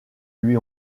lui